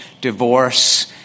divorce